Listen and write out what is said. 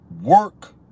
work